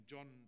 John